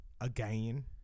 again